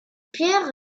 pierre